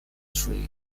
tree